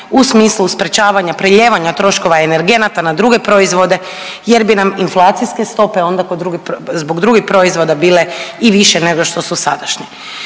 u smislu sprečavanja prelijevanja troškova energenata na druge proizvode jer bi nam inflacijske stope onda zbog drugih proizvoda bile i više nego što su sadašnje.